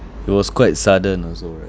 it was quite sudden also right